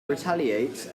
retaliates